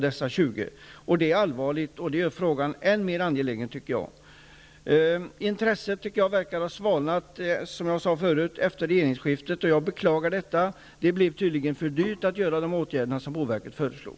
Det är allvarligt, och det gör frågan ännu mer angelägen, tycker jag. Som jag sade förut, tycker jag att intresset verkar ha svalnat efter regeringsskiftet, och jag beklagar detta. Det blev tydligen för dyrt att vidta de åtgärder som boverket föreslog.